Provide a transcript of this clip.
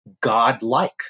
godlike